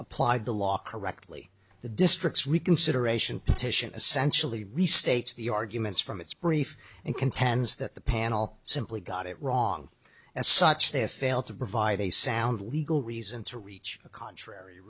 applied the law correctly the district's reconsideration petition essentially restates the arguments from its brief and contends that the panel simply got it wrong as such they have failed to provide a sound legal reason to reach a contrary